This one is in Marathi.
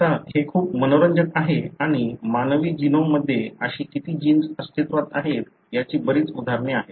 आता हे खूप मनोरंजक आहे आणि मानवी जिनोममध्ये अशी किती जिन्स अस्तित्वात आहेत याची बरीच उदाहरणे आहेत